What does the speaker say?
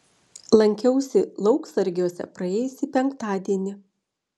lankiausi lauksargiuose praėjusį penktadienį